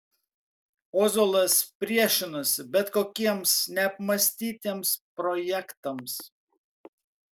ozolas priešinosi bet kokiems neapmąstytiems projektams